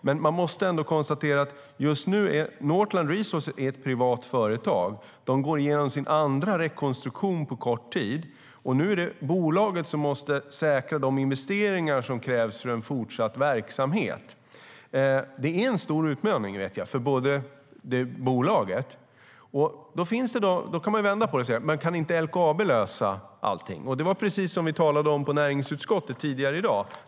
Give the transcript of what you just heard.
Men Northland Resources är ett privat företag som går igenom sin andra rekonstruktion på kort tid. Nu måste bolaget säkra de investeringar som kräva för an fortsatt verksamhet. Det är en stor utmaning för bolaget. Man kan vända på det och säga: Men kan inte LKAB lösa allting? Det var precis som vi talade om på näringsutskottet tidigare i dag.